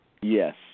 Yes